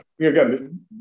Again